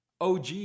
OG